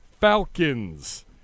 Falcons